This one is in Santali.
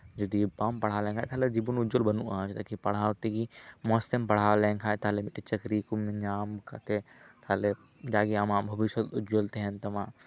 ᱡᱩᱫᱤ ᱵᱟᱢ ᱯᱟᱲᱦᱟᱣ ᱞᱮᱱᱠᱷᱟᱱ ᱛᱟᱦᱚᱞᱮ ᱡᱤᱵᱚᱱ ᱩᱡᱡᱚᱞ ᱵᱟᱹᱱᱩᱜᱼᱟ ᱪᱮᱫᱟᱜᱠᱤ ᱯᱟᱲᱦᱟᱣ ᱛᱮᱜᱮ ᱢᱚᱸᱡᱽ ᱛᱮᱢ ᱯᱟᱲᱦᱟᱣ ᱞᱮᱱᱠᱷᱟᱱ ᱛᱟᱦᱚᱞᱮ ᱢᱤᱫᱴᱮᱱ ᱪᱟᱹᱠᱨᱤ ᱠᱚ ᱧᱟᱢ ᱠᱟᱛᱮᱫ ᱛᱟᱦᱚᱞᱮ ᱡᱟᱜᱮ ᱟᱢᱟᱜ ᱵᱷᱚᱵᱤᱥᱚᱛ ᱩᱡᱡᱚᱞ ᱛᱟᱦᱮᱱ ᱛᱟᱢᱟ